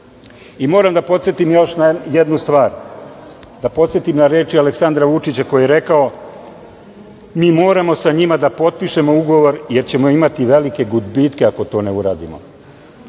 da podsetim još na jednu stvar. Da podsetim na reči Aleksandra Vučića, koji je rekao - Mi moramo sa njima da potpišemo ugovor, jer ćemo imati velike gubitke ako to ne uradimo.